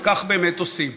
וכך באמת עושים.